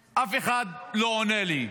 אף אחד לא עונה לי,